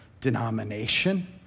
denomination